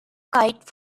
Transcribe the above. kite